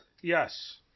Yes